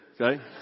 Okay